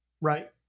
right